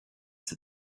that